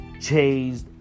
changed